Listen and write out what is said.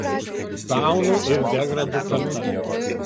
daunų ir degradų karta